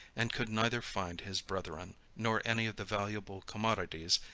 and could neither find his brethren, nor any of the valuable commodities,